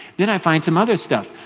then i find some other stuff.